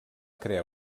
crear